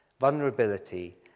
vulnerability